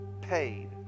paid